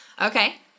Okay